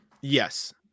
Yes